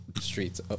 Streets